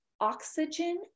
oxygen